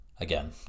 Again